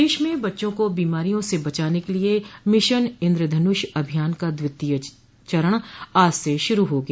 प्रदेश में बच्चों को बीमारियों से बचाने के लिए मिशन इंद्रधनुष अभियान का द्वितीय चरण आज से शुरू हो गया